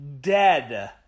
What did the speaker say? dead